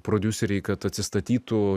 prodiuseriai kad atsistatytų